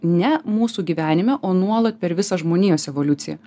ne mūsų gyvenime o nuolat per visą žmonijos evoliuciją